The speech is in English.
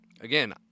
Again